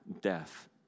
death